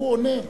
הוא עונה.